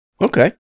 okay